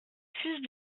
fus